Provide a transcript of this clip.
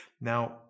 Now